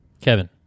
Kevin